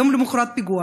יום למחרת פיגוע